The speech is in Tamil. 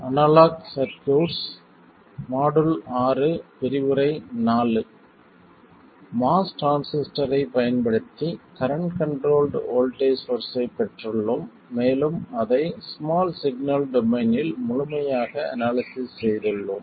MOS டிரான்சிஸ்டரைப் பயன்படுத்தி கரண்ட் கண்ட்ரோல்ட் வோல்ட்டேஜ் சோர்ஸ்ஸைப் பெற்றுள்ளோம் மேலும் அதை ஸ்மால் சிக்னல் டொமைனில் முழுமையாக அனாலிசிஸ் செய்துள்ளோம்